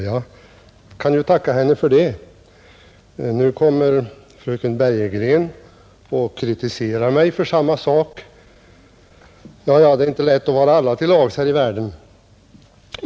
Jag tackar henne för det. Nu kritiserar fröken Bergegren mig för samma sak. Ja, det är inte lätt här i världen att vara alla till lags!